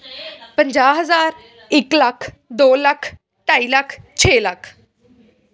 ਪੰਜਾਹ ਹਜ਼ਾਰ ਇੱਕ ਲੱਖ ਦੋ ਲੱਖ ਢਾਈ ਲੱਖ ਛੇ ਲੱਖ